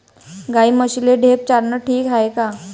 गाई म्हशीले ढेप चारनं ठीक हाये का?